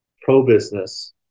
pro-business